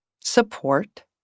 support